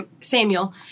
Samuel